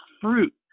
fruit